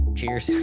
Cheers